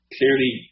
Clearly